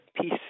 peace